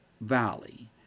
Valley